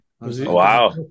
Wow